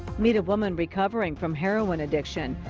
meet a woman recovering from heroin addiction.